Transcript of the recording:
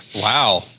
Wow